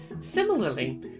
Similarly